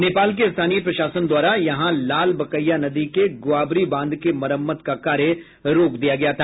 नेपाल के स्थानीय प्रशासन द्वारा यहां लालबकेया नदी के गुआबरी बांध के मरम्मत का कार्य रोक दिया गया था